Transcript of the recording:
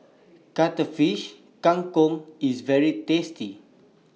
Cuttlefish Kang Kong IS very tasty